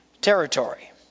territory